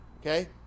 Okay